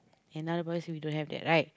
in other words we don't have that right